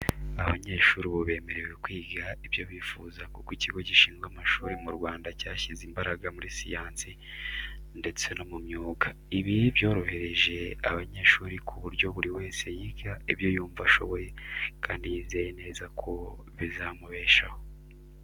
Abanyeshuri ubu bemerewe kwiga ibyo bifuza kuko ikigo gishinzwe amashuri mu Rwanda cyashyize imbaraga muri siyansi ndetse no mu myuga. Ibi byorohereje abanyeshuri ku buryo buri wese yiga ibyo yumva ashoboye kandi yizeye neza ko bizamubeshaho.